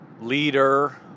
leader